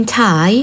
Thai